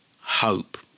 hope